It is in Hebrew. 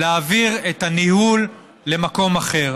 להעביר את הניהול למקום אחר.